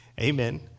Amen